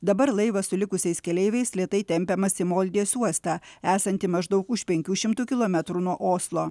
dabar laivas su likusiais keleiviais lėtai tempiamas į moldės uostą esantį maždaug už penkių šimtų kilometrų nuo oslo